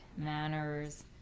Manners